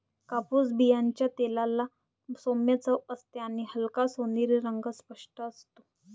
कापूस बियांच्या तेलाला सौम्य चव असते आणि हलका सोनेरी रंग स्पष्ट असतो